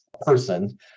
person